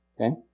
Okay